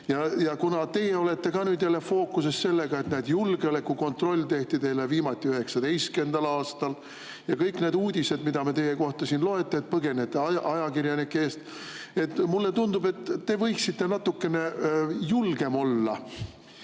Kuna teie olete ka nüüd fookuses sellega, et julgeolekukontroll tehti teile viimati 2019. aastal, ja kõik need uudised, mida siin teie kohta lugeda, et te põgenete ajakirjanike eest – mulle tundub, et te võiksite natukene julgem olla.